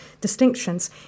distinctions